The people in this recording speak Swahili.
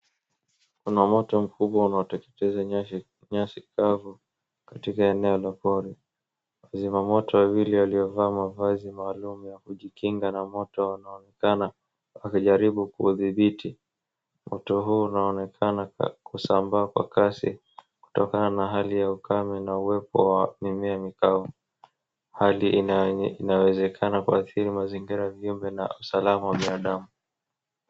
Kuna moto mkubwa unaoteketeza nyasi kavu katika eneo la pori wazima moto wawili waliovaa mavazi maalum ya kujikinga na moto wanaonekana wakijaribu kuudhibiti moto huu unaonekana kusambaa kwa kasi kutokana na hali ya ukame na uwepo wa mimea mikavu hali ina inawezekana kuathiri mazingira viumbe na usalama wa binadamu